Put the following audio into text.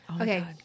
Okay